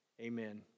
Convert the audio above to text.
Amen